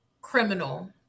criminal